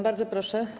Bardzo proszę.